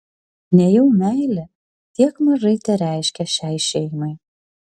nejau meilė tiek mažai tereiškia šiai šeimai